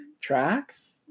tracks